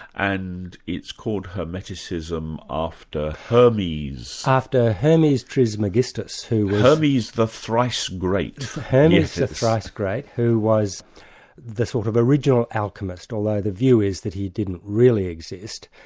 and it's called hermeticism after hermes. after hermes trismegistus. hermes the thrice great. hermes the thrice great, who was the sort of original alchemist, although the view is that he didn't really exist.